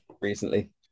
recently